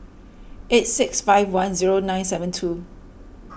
eight six five one zero nine seven two